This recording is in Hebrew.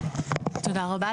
תודה רבה.